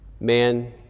man